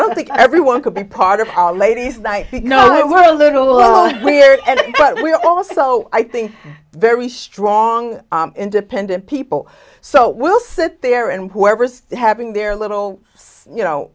don't think everyone could be part of a ladies night you know we're a little weird but we're also i think very strong independent people so we'll sit there and whoever's having their little you know